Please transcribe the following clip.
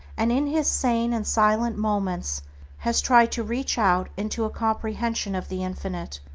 and in his sane and silent moments has tried to reach out into a comprehension of the infinite,